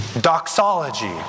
doxology